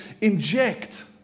inject